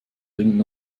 dringend